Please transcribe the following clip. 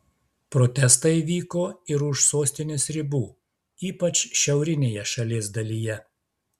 protestai vyko ir už sostinės ribų ypač šiaurinėje šalies dalyje